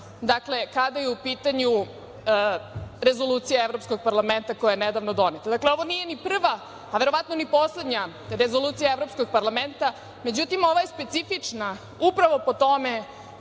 dakle kada je u pitanju Rezolucija Evropskog parlamenta koja je nedavno doneta. Dakle, ovo nije ni prva a verovatno ni poslednja rezolucija Evropskog parlamenta, međutim ova je specifična upravo po tome